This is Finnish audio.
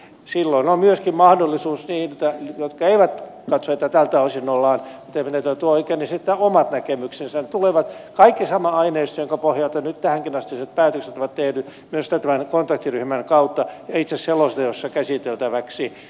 silloin on mahdollisuus myöskin niillä jotka eivät katso että tältä osin on menetelty oikein esittää omat näkemyksensä ja tulee koko tämä sama aineisto jonka pohjalta nyt tähänkinastiset päätökset on tehty myös tämän kontaktiryhmän kautta ja itse selonteossa käsiteltäväksi